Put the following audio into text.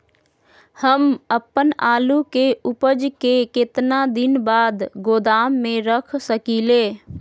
हम अपन आलू के ऊपज के केतना दिन बाद गोदाम में रख सकींले?